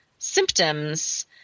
symptoms